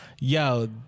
yo